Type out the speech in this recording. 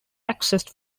accessed